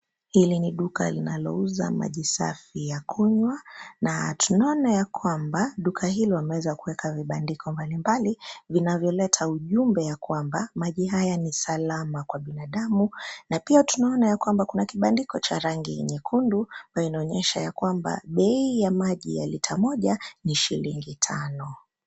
Hili ni duka linalo uza maji safi ya kunywa na tunaona ya kwamba duka hilo wameeza kuweka vibandiko mbali mbali vinavyoleta ujumbe ya kwamba maji haya ni salama kwa binadamu na pia tunaona ya kwamba kuna kibandiko cha rangi nyekundu ambayo inaonyesha ya kwamba bei ya maji ya lita moja ni shilingi tano.